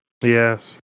Yes